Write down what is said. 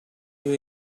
you